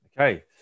Okay